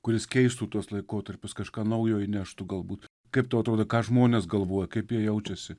kuris keistų tuos laikotarpius kažką naujo įneštų galbūt kaip tau atrodo ką žmonės galvoja kaip jie jaučiasi